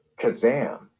Kazam